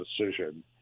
decision